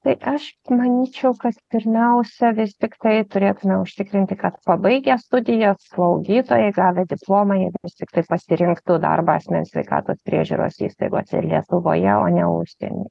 tai aš manyčiau kad pirmiausia vis tiktai turėtume užtikrinti kad pabaigę studijas slaugytojai gavę diplomą jie vis tiktai pasirinktų darbą asmens sveikatos priežiūros įstaigose ir lietuvoje o ne užsieny